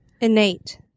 Innate